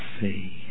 see